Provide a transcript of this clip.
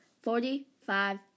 Forty-five